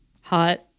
hot